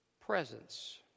presence